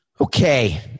Okay